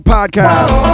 Podcast